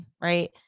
Right